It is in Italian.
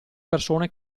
persone